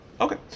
Okay